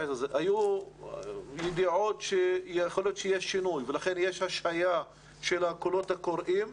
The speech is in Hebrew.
היו ידיעות שיכול להיות שיהיה שינוי ולכן יש השהיה של הקולות הקוראים.